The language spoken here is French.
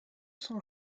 sont